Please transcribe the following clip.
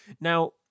Now